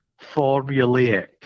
formulaic